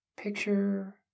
picture